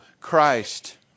Christ